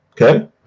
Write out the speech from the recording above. Okay